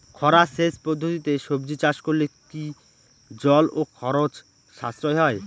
খরা সেচ পদ্ধতিতে সবজি চাষ করলে কি জল ও খরচ সাশ্রয় হয়?